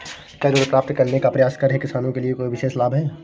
क्या ऋण प्राप्त करने का प्रयास कर रहे किसानों के लिए कोई विशेष लाभ हैं?